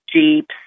jeeps